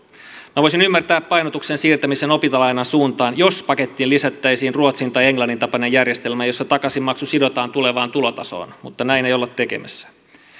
minä voisin ymmärtää painotuksen siirtämisen opintolainan suuntaan jos pakettiin lisättäisiin ruotsin tai englannin tapainen järjestelmä jossa takaisinmaksu sidotaan tulevaan tulotasoon mutta näin ei olla tekemässä